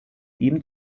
ihm